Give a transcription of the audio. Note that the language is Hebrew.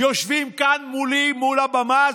יושבים כאן מולי, מול הבמה הזאת.